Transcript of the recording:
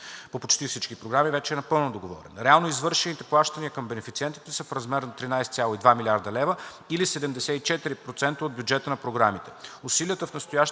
по почти всички програми вече е напълно договорен. Реално извършените плащания към бенефициентите са в размер на 13,2 млрд. лв., или 74% от бюджета на програмите. Усилията в настоящия